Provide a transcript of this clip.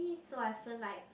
so I feel like